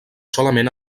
solament